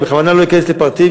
אני בכוונה לא אכנס לפרטים,